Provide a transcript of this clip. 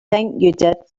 did